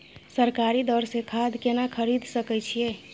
सरकारी दर से खाद केना खरीद सकै छिये?